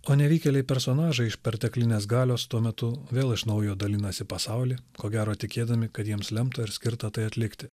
o nevykėliai personažai iš perteklinės galios tuo metu vėl iš naujo dalinasi pasaulį ko gero tikėdami kad jiems lemta ir skirta tai atlikti